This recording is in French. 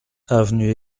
avenue